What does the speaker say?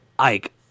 Ike